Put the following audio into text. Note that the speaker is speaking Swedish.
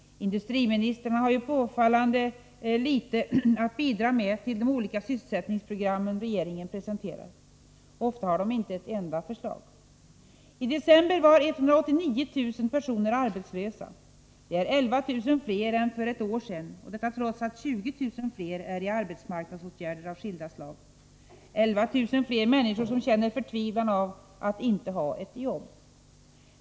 Industriministrarna har påfallande litet att bidraga med till de olika sysselsättningsprogram som regeringen presenterar. Ofta har de inte ett enda förslag. I december var 189 000 personer arbetslösa. Det är 11 000 fler än för ett år sedan, och detta trots att 20000 fler är föremål för arbetsmarknadsåtgärder av skilda slag — 11 000 fler människor som känner förtvivlan över att inte ha ett jobb!